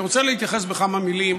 אני רוצה להתייחס בכמה מילים